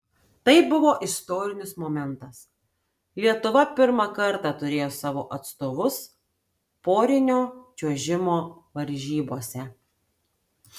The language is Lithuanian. tai buvo istorinis momentas lietuva pirmą kartą turėjo savo atstovus porinio čiuožimo varžybose